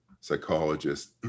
psychologist